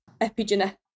epigenetic